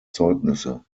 zeugnisse